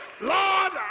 Lord